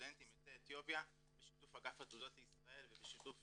לסטודנטים יוצאי אתיופיה בשיתוף אגף עתודות לישראל ובשיתוף